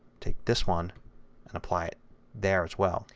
take this one and apply it there as well.